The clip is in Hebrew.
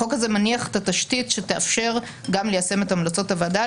החוק הזה מניח את התשתית שתאפשר גם ליישם את המלצות הוועדה,